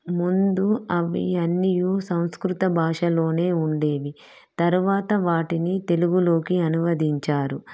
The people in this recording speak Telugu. ముందు అవి అన్నియూ సంస్కృత భాషలోనే ఉండేవి తరువాత వాటిని తెలుగులోకి అనువదించారు